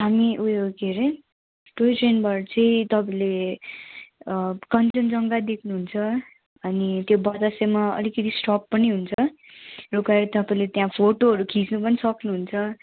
हामी उयो के हरे डिसम्बर तपाईँले कञ्चनजङ्घा देख्नुहुन्छ अनि त्यो बतासेमा अलिकति स्टप पनि हुन्छ रोकाएर तपाईँले त्यहाँ फोटोहरू खिच्नु पनि सक्नुहुन्छ